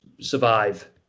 survive